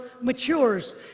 matures